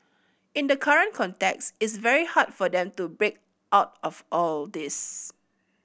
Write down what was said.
in the current context is very hard for them to break out of all this